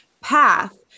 path